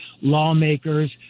lawmakers